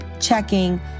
checking